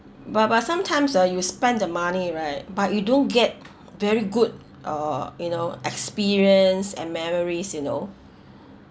but but sometimes uh you spend the money right but you don't get very good uh you know experience and memories you know